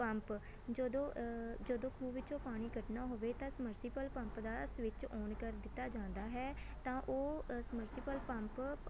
pump ਜਦੋਂ ਜਦੋਂ ਖੂਹ ਵਿੱਚੋਂ ਪਾਣੀ ਕੱਢਣਾ ਹੋਵੇ ਤਾਂ ਸਮਰਸੀਬਲ ਪੰਪ ਦਾ ਸਵਿੱਚ ਔਨ ਕਰ ਦਿੱਤਾ ਜਾਂਦਾ ਹੈ ਤਾਂ ਉਹ ਸਮਰਸੀਬਲ ਪੰਪ